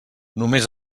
només